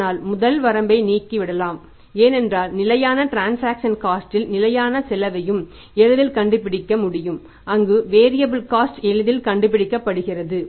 ஆனால் முதல் வரம்பை நீக்கிவிடலாம் ஏனென்றால் நிலையான டிரன்சாக்சன் காஸ்ட் எளிதில் கண்டுபிடிக்கப்படுகிறது